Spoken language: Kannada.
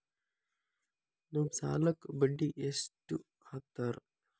ನಮ್ ಸಾಲಕ್ ಬಡ್ಡಿ ಎಷ್ಟು ಹಾಕ್ತಾರ?